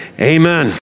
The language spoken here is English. amen